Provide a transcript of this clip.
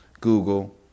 Google